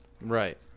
Right